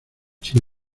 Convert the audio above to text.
sin